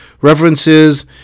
references